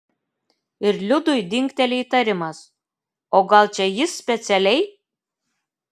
ir liudui dingteli įtarimas o gal čia jis specialiai